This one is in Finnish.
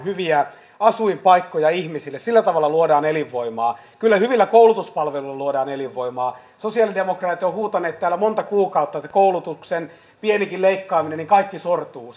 hyviä asuinpaikkoja ihmisille sillä tavalla luodaan elinvoimaa kyllä hyvillä koulutuspalveluilla luodaan elinvoimaa sosialidemokraatit ovat huutaneet täällä monta kuukautta että koulutukseen pienikin leikkaaminen niin kaikki sortuu